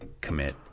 commit